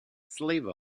slave